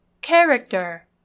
Character